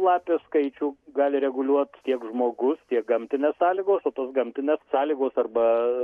lapės skaičių gali reguliuot tiek žmogus tiek gamtinės sąlygos o tos gamtinės sąlygos arba